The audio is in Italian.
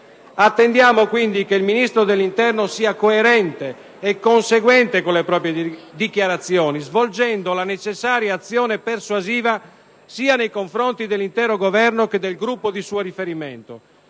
Attendiamo quindi che il Ministro dell'interno sia coerente e conseguente con le proprie dichiarazioni, svolgendo la necessaria azione persuasiva sia nei confronti dell'intero Governo che del suo Gruppo di riferimento.